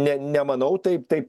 ne nemanau taip taip